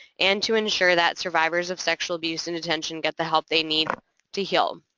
and to ensure that survivors of sexual abuse in detention get the help they need to heal.